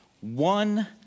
one